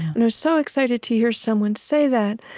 and i was so excited to hear someone say that.